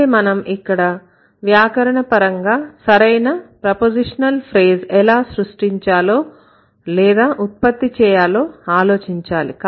అయితే మనం ఇక్కడ వ్యాకరణపరంగా సరైన ప్రపోజిషనల్ ఫ్రేజ్ ఎలా సృష్టించాలో లేదా ఉత్పత్తి చేయాలో ఆలోచించాలి